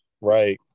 Right